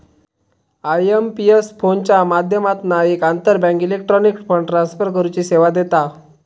IMPS फोनच्या माध्यमातना एक आंतरबँक इलेक्ट्रॉनिक फंड ट्रांसफर करुची सेवा देता